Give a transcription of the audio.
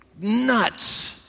nuts